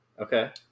Okay